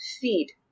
Feed